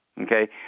Okay